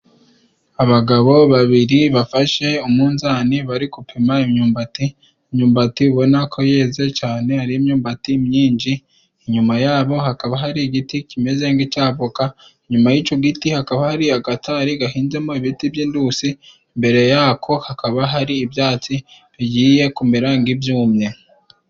Abagabo babiri bafashe umunzani bari gupima imyumbati imyumbati ubona ko yeze cane ari imyumbati myinshi, inyuma yabo hakaba hari igiti kimeze nk'icyavoka, inyuma y'ico giti hakaba hari agatari gahinzemo ibiti by'indusi, imbere yako hakaba hari ibyatsi bigiye kumera nk'ibyumye.